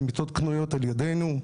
הן מיתות שקנויות על ידינו.